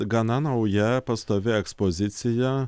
gana nauja pastovi ekspozicija